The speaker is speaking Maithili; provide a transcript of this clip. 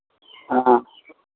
हँ